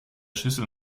schüssel